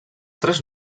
tres